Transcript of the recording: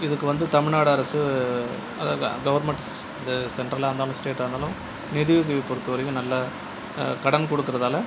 இதுக்கு வந்து தமிழ்நாடு அரசு அதாவது கவர்ன்மெண்ட் சென்ட்ரலாயிருந்தாலும் ஸ்டேட்டாக இருந்தாலும் நிதி உதவி பொறுத்தவரைக்கும் நல்ல கடன் கொடுக்குறதால